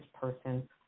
person